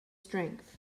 strength